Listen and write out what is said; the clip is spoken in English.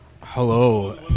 Hello